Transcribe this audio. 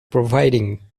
providing